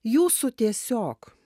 jūsų tiesiog